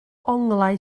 onglau